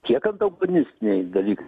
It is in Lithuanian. tiek antagonistiniai dalykai